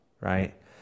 right